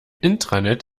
intranet